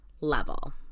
level